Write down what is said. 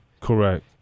Correct